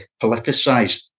politicised